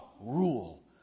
rule